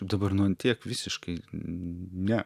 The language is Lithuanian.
dabar nu ant tiek visiškai ne